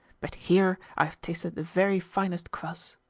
but here i have tasted the very finest kvass.